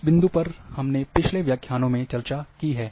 इस बिंदु पर हमने पिछले व्याख्यानों में चर्चा की है